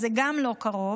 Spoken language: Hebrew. אז זה גם לא קרוב,